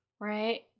right